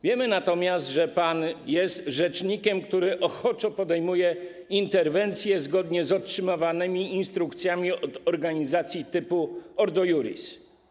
Wiemy natomiast, że jest pan rzecznikiem, który ochoczo podejmuje interwencje zgodnie z otrzymywanymi instrukcjami od organizacji typu Ordo Iuris.